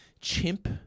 Chimp